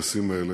הטקסים האלה,